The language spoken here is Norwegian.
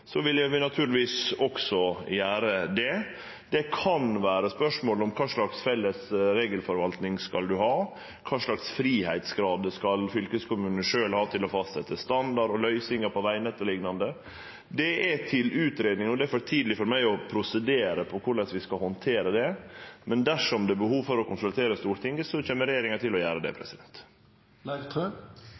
vil eg naturlegvis også gjere det. Det kan vere spørsmål om kva slags felles regelforvaltning ein skal ha, kor stor grad av fridom fylkeskommunane sjølve skal ha til å fastsetje standard og løysingar på vegnettet, o.l. Det er til utgreiing, og det er for tidleg for meg å prosedere på korleis vi skal handtere det, men dersom det er behov for å konsultere Stortinget, så kjem regjeringa til å gjere det.